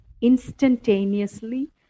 instantaneously